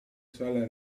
sala